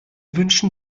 wünschen